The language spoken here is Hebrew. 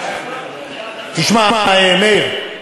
תשמע מאיר,